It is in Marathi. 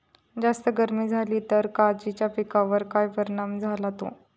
जास्त गर्मी जाली तर काजीच्या पीकार काय परिणाम जतालो?